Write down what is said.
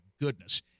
goodness